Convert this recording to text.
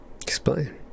Explain